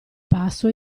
passo